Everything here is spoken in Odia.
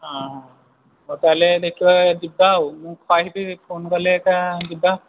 ହଉ ତାହେଲେ ଦେଖିବା ଯିବା ଆଉ ମୁଁ କହିବି ଫୋନ୍ କଲେ ଏକା ଯିବା